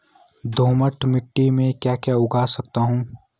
दोमट मिट्टी में म ैं क्या क्या उगा सकता हूँ?